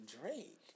Drake